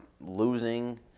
losing